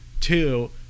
Two